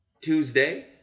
Tuesday